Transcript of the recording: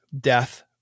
death